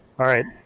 all right,